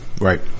right